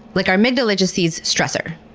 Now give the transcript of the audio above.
like our amygdala just sees stressor,